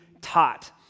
taught